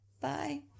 Bye